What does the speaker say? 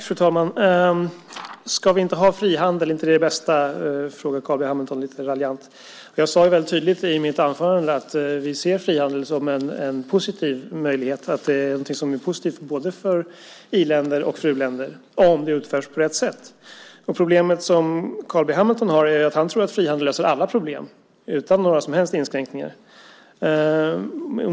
Fru talman! Ska vi inte ha frihandel, är inte det det bästa? frågar Carl B Hamilton lite raljant. Jag sade väldigt tydligt i mitt anförande att vi ser frihandeln som en positiv möjlighet. Det är någonting som är positivt både för i-länder och för u-länder om det utförs på rätt sätt. Problemet som Carl B Hamilton har är att han tror att frihandel löser alla problem utan några som helst inskränkningar.